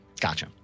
Gotcha